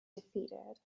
defeated